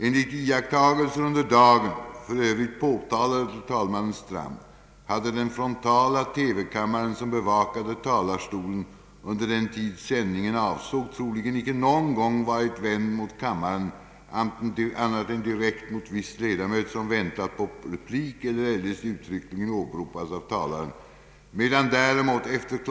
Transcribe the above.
Enligt iakttagelser under dagen, för övrigt påtalade till talmannen Strand, hade den frontala TV-kameran, som bevakade talarstolen, under den tid sändningen avsåg, troligen icke någon gång varit vänd mot kammaren annat än direkt mot viss ledamot som väntat på replik eller eljest uttryckligen åberopats av talaren, medan däremot efter kl.